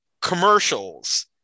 commercials